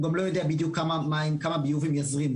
הוא גם לא יודע בדיוק כמה מים, כמה ביוב הם יזרמו.